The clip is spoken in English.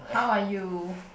how are you